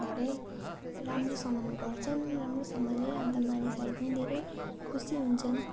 धेरै राम्रो सम्मान गर्छन् राम्रो सम्मानले अनि अन्त मानिसहरू पनि धेरै खुसी हुन्छन्